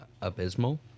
Abysmal